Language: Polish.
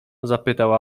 zapytał